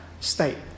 state